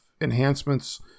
enhancements